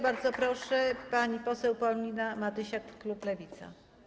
Bardzo proszę, pani poseł Paulina Matysiak, klub Lewica.